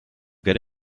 get